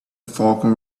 falcon